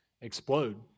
explode